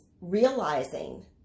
realizing